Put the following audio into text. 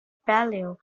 paleo